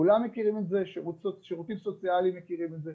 כולם מכירים את זה שעובדים סוציאליים מכירים את זה,